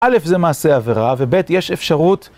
א', זה מעשה עבירה וב', יש אפשרות.